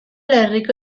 herriko